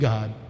God